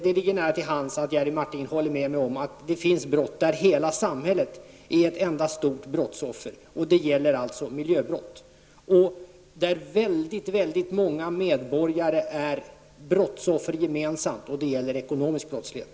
Det ligger nära till hands att Jerry Martinger håller med mig om att hela samhället är ett enda stort brottsoffer när det gäller miljöbrott och att många medborgare är gemensamma brottsoffer då det är fråga om ekonomisk brottslighet.